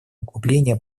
углубления